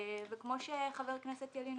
כמו שאמר חבר הכנסת ילין,